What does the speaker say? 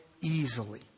easily